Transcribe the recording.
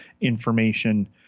information